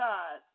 God